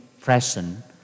present